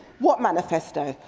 what manifesto?